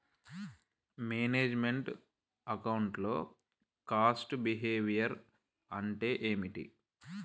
Manage meant account లో cost behaviour అంటే ఏమిటి?